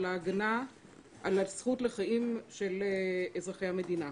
ההגנה על הזכות לחיים של אזרחי המדינה.